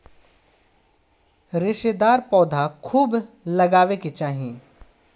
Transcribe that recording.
रेशेदार पौधा खूब लगावे के चाही